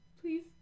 please